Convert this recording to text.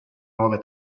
nuove